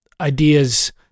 ideas